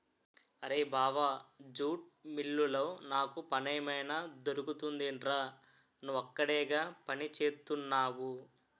అరేయ్ బావా జూట్ మిల్లులో నాకు పనేమైనా దొరుకుతుందెట్రా? నువ్వక్కడేగా పనిచేత్తున్నవు